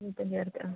മൊത്തം ചേർത്ത് ആ